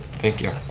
thank you.